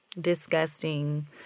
disgusting